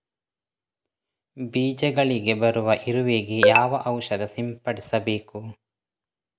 ಬೀಜಗಳಿಗೆ ಬರುವ ಇರುವೆ ಗೆ ಯಾವ ಔಷಧ ಸಿಂಪಡಿಸಬೇಕು?